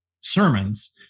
sermons